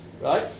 Right